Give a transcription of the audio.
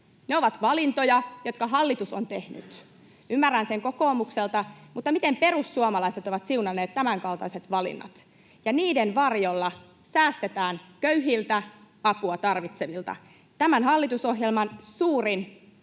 Ne ovat valintoja, jotka hallitus on tehnyt. Ymmärrän sen kokoomukselta, mutta miten perussuomalaiset ovat siunanneet tämänkaltaiset valinnat? Niiden varjolla säästetään köyhiltä, apua tarvitsevilta. Tämän hallitusohjelman suurin